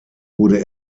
wurde